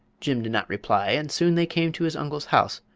jim did not reply, and soon they came to his uncle's house,